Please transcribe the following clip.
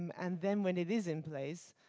and then when it is in place,